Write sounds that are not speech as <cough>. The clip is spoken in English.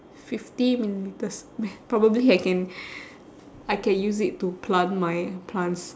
fifty millilitres <noise> probably I can I can use it to plant my plants